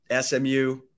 SMU